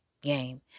game